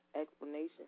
explanation